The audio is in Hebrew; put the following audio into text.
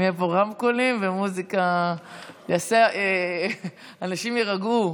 אם יהיו פה רמקולים ומוזיקה אנשים יירגעו.